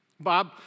Bob